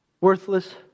worthless